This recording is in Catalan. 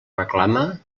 reclama